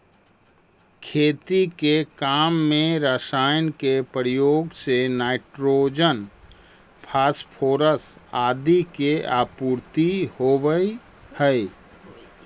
खेती के काम में रसायन के प्रयोग से नाइट्रोजन, फॉस्फोरस आदि के आपूर्ति होवऽ हई